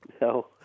No